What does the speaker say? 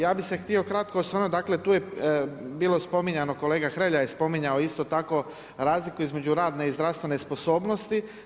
Ja bi se htio kratko osvrnuti, dakle tu je bilo spominjano, kolega Hrelja je spominjao isto tako razliku između radne i zdravstvene sposobnosti.